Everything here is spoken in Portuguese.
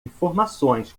informações